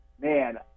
man